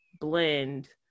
blend